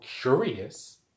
curious